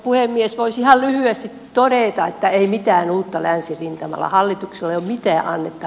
voisi ihan lyhyesti todeta että ei mitään uutta länsirintamalla